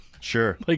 Sure